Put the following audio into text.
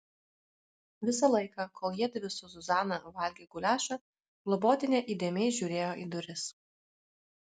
visą laiką kol jiedvi su zuzana valgė guliašą globotinė įdėmiai žiūrėjo į duris